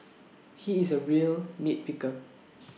he is A real nit picker